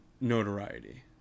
notoriety